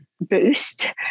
boost